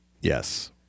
Yes